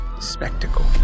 spectacle